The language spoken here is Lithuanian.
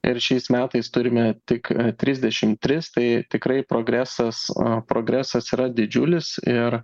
ir šiais metais turime tik trisdešim tris tai tikrai progresas progresas yra didžiulis ir